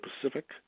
Pacific